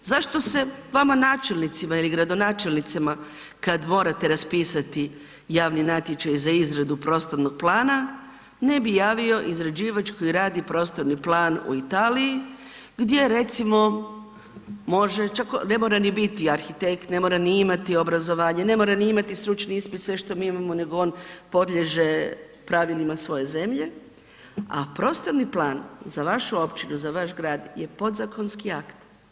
Zašto se vama načelnicima ili gradonačelnicima kad morate raspisati javni natječaj za izradu prostornog plana ne bi javio izrađivač koji radi prostorni plan u Italiji, gdje, recimo može, čak ne mora ni biti arhitekt, ne mora ni imati obrazovanje, ne mora ni imati stručni ispit, sve što mi imamo nego on podliježe pravilima svoje zemlje, a prostorni plan za vašu općinu, za vaš grad je podzakonski akt.